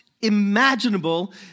imaginable